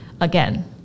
again